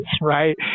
right